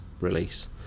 release